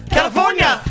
California